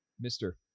mister